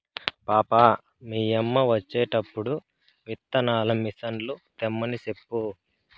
పాపా, మీ యమ్మ వచ్చేటప్పుడు విత్తనాల మిసన్లు తెమ్మని సెప్పు